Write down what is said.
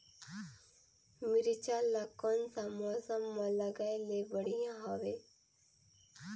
मिरचा ला कोन सा मौसम मां लगाय ले बढ़िया हवे